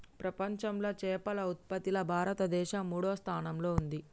ప్రపంచంలా చేపల ఉత్పత్తిలా భారతదేశం మూడో స్థానంలా ఉంది